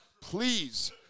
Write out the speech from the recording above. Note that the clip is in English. Please